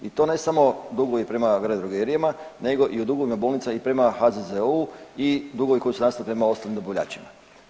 I to ne samo dugovi prema veledrogerijama, nego i o dugovima bolnica i prema HZZO-u i dugovi koji su nastali prema ostalim dobavljačima.